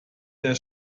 der